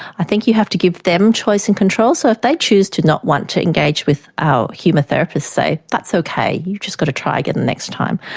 i think you have to give them choice and control. so if they choose to not want to engage with our humour therapists, say, that's okay, you've just got to try again next time.